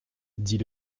dit